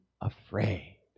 afraid